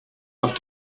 have